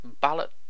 Ballot